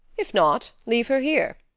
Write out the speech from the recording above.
if not, leave her here.